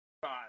five